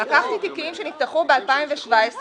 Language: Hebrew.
לקחתי תיקים שנפתחו ב-2017,